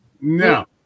no